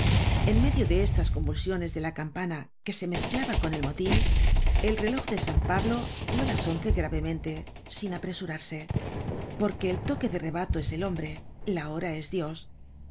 en medio de estas convulsiones de la campana que se mezclaba con el motin el reloj de san pablo dió las once gravemente sin apresurarse porque el toque de rebato es el hombre la hora es dios